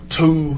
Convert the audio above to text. two